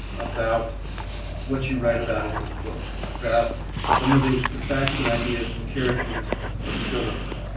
about what you write about in the book, about some of the the facts and ideas and characters of spillover.